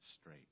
straight